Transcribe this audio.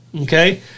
Okay